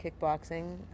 kickboxing